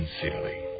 sincerely